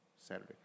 Saturday